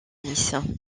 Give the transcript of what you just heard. nice